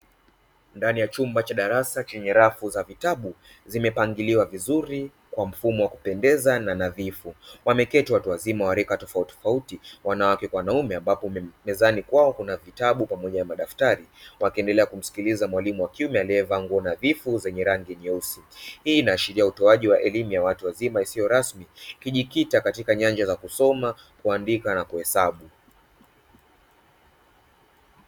Ndani ya chumba cha darasa chenye rafu za vitabu zimepangiliwa vizuri kwa mfumo wa kupendeza na nadhifu, wameketi watu wazima wa rika tofauti tofauti, wanawake kwa wanaume, ambapo mezani kwao kuna vitabu pamoja na madaftari wakiendelea kumsikiliza mwalimu wa kiume aliyevaa nguo nadhifu zenye rangi nyeusi. Hii inaashiria utoaji wa elimu ya watu wazima isiyo rasmi ikijikita katika nyanja za kusoma, kuandika na kuhesabu.